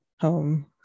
home